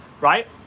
right